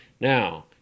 Now